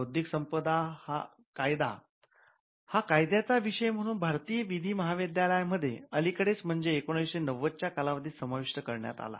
बौद्धिक संपदा कायदा हा कायद्याचा विषय म्हणून भारतातील विधी महाविद्यालया मध्ये अलीकडेच म्हणजे १९९० च्या कालावधीत समाविष्ट करण्यात आला